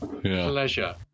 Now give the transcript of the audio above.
Pleasure